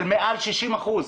של מעל 60 אחוזים.